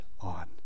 on